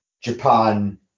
japan